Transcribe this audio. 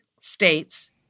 states